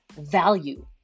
value